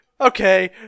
Okay